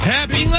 Happy